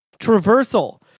traversal